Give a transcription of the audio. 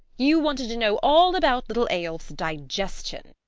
you wanted to know all about little eyolf's digestion.